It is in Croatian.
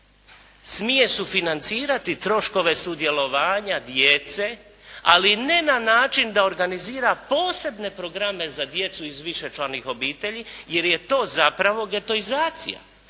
Smije sufinancirati troškove sudjelovanja djece, ali ne na način da organizira posebne programe za djecu iz višečlanih obitelji jer je to zapravo getoizacija,